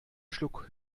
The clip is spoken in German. schluck